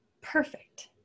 Perfect